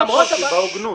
לא בקושי, בהוגנות.